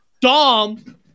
Dom